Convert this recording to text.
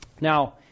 Now